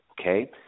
okay